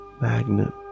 magnet